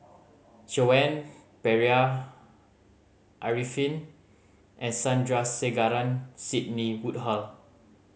Joan Pereira Arifin and Sandrasegaran Sidney Woodhull